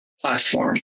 platform